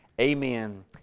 Amen